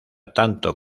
tanto